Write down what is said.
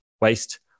waste